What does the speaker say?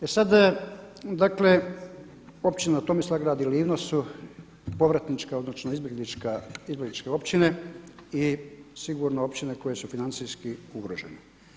E sad, dakle općina Tomislavgrad i Livno su povratnička, odnosno izbjegličke općine i sigurno općine koje su financijski ugrožene.